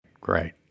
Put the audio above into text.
Great